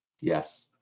Yes